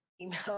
email